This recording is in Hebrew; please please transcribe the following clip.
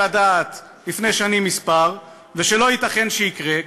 הדעת לפני שנים מספר ושלא ייתכן שיקרה,